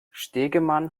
stegemann